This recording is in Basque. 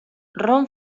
ron